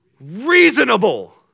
reasonable